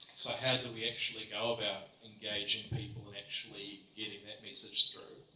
so how do we actually go about engaging people and actually getting that message through?